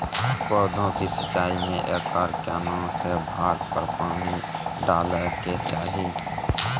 पौधों की सिंचाई में एकर केना से भाग पर पानी डालय के चाही?